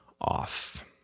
off